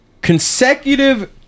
Consecutive